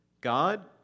God